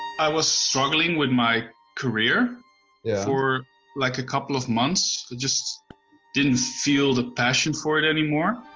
i was struggling with my career yeah for like a couple of months, just didn't feel the passion for it anymore.